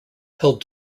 held